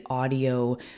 audio